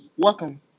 Welcome